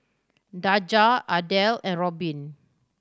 Daja Adel and Robin